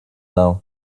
now